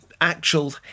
actual